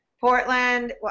Portland